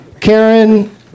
Karen